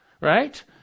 right